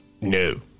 No